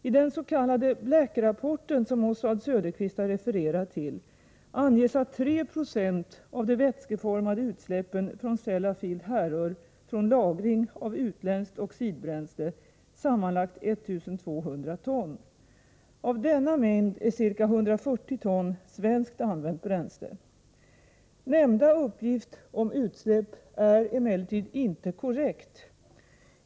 I den s.k. Black-rapporten, som Oswald Söderqvist har refererat till, anges att 3 20 av de vätskeformiga utsläppen från Sellafield härrör från lagring av utländskt oxidbränsle, sammanlagt 1 200 ton. Av denna mängd är ca 140 ton svenskt använt bränsle. Nämnda uppgift om utsläpp är emellertid inte korrekt.